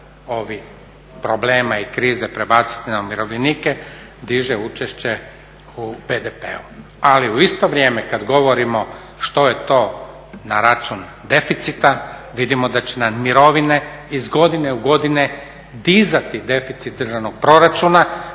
ovih problema i krize prebaciti na umirovljenike diže učešće u BDP-u, ali u isto vrijeme kada govorimo što je to na račun deficita, vidimo da će nam mirovine iz godine u godine dizati deficit državnog proračuna